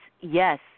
yes